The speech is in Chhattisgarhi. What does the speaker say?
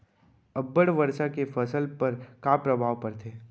अब्बड़ वर्षा के फसल पर का प्रभाव परथे?